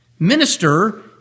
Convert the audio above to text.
Minister